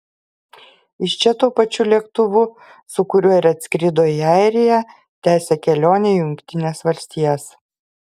iš čia tuo pačiu lėktuvu su kuriuo ir atskrido į airiją tęsia kelionę į jungtines valstijas